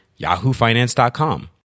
yahoofinance.com